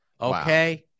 Okay